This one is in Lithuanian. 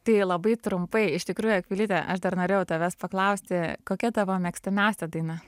tai labai trumpai iš tikrųjų akvilyte aš dar norėjau tavęs paklausti kokia tavo mėgstamiausia daina